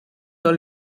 dans